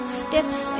steps